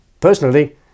Personally